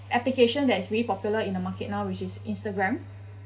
application that is really popular in the market now which is Instagram